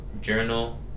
journal